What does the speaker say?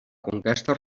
conquesta